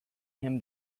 him